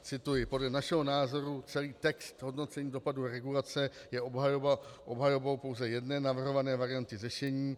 Cituji: Podle našeho názoru celý text hodnocení dopadu regulace je obhajobou pouze jedné navrhované varianty řešení.